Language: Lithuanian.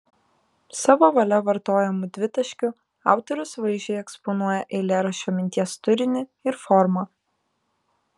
savo valia vartojamu dvitaškiu autorius vaizdžiai eksponuoja eilėraščio minties turinį ir formą